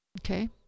okay